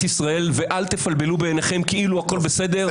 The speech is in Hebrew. ישראל אל תפלבלו בעיניכם כאילו הכול בסדר.